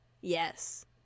Yes